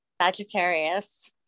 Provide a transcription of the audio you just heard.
Sagittarius